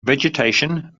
vegetation